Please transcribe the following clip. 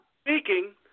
speaking